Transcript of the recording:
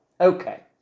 Okay